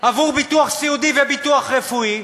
עבור ביטוח סיעודי וביטוח רפואי,